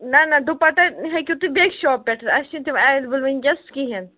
نہَ نہَ دُپٹہٕ ہیٚکِو تُہۍ بیٚکہِ شاپہٕ پٮ۪ٹھ اَسہِ چھِنہٕ تِم ایٚویلیبُل وُنکٮ۪س کِہیٖنۍ